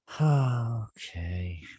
Okay